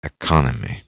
economy